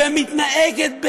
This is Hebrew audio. ומתנהגת,